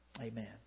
Amen